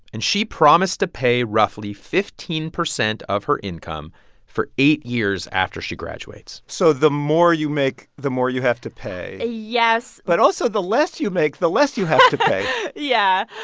and she promised to pay roughly fifteen percent of her income for eight years after she graduates so the more you make, the more you have to pay yes but also, the less you make, the less you have to pay yeah.